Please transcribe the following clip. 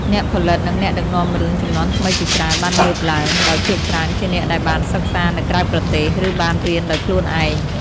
អ្នកផលិត និងអ្នកដឹកនាំរឿងជំនាន់ថ្មីជាច្រើនបានងើបឡើង ដោយភាគច្រើនជាអ្នកដែលបានសិក្សានៅក្រៅប្រទេស ឬបានរៀនដោយខ្លួនឯង។